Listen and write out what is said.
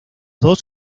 dos